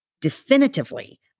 definitively